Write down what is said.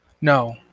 No